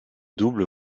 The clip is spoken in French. double